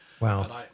Wow